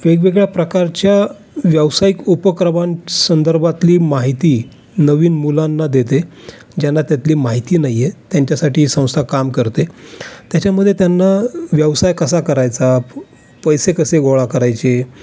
वेगवेगळ्या प्रकारच्या व्यावसायिक उपक्रमांसंदर्भातली माहिती नवीन मुलांना देते ज्यांना त्यातली माहिती नाही आहे त्यांच्यासाठी ही संस्था काम करते त्याच्यामध्ये त्यांना व्यवसाय कसा करायचा प् पैसे कसे गोळा करायचे